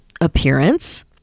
Appearance